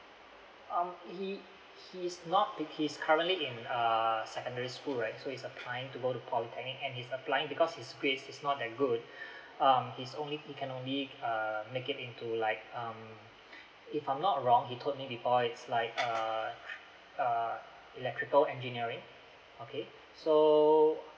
um he he's not he's currently in err secondary school right so he is applying to go to polytechnic and his applying because his grades is not that good um he's only he can only uh make it into like um if I'm not wrong he told me before it's like uh uh electrical engineering okay so